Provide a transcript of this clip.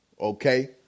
Okay